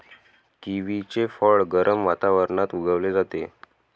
किवीचे फळ गरम वातावरणात उगवले जाते